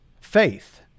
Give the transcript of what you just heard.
faith